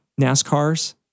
NASCARs